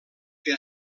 que